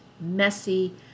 messy